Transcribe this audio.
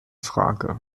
frage